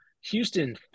houston